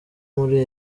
muri